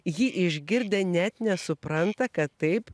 jį išgirdę net nesupranta kad taip